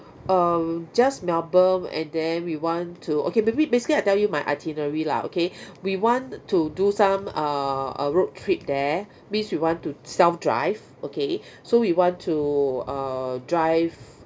um just melbourne and then we want to okay maybe basically I tell you my itinerary lah okay we want to do some err a road trip there means we want to self drive okay so we want to err drive